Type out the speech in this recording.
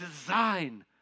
design